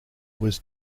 was